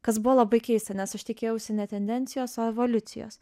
kas buvo labai keista nes aš tikėjausi ne tendencijos o evoliucijos